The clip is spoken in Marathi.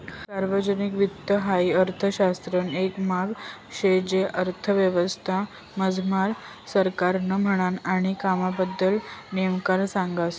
सार्वजनिक वित्त हाई अर्थशास्त्रनं एक आंग शे जे अर्थव्यवस्था मझारलं सरकारनं म्हननं आणि कामबद्दल नेमबन सांगस